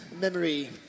memory